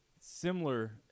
similar